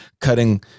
cutting